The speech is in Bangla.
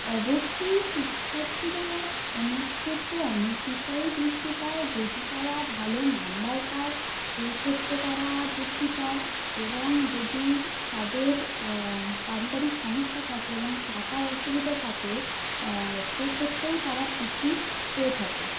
অবশ্যই শিক্ষার্থীরা অনেক ক্ষেত্রে অনেক বিষয়েই বৃত্তি পায় যদি তারা ভালো নাম্বার পায় সেই ক্ষেত্রে তারা বৃত্তি পায় এবং যদি তাদের পারিবারিক সমস্যা থাকে এবং টাকার অসুবিধা থাকে সেক্ষেত্রেও তারা বৃত্তি পেয়ে থাকে